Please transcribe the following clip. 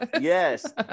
yes